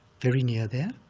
very near there,